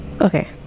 Okay